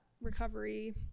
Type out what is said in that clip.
recovery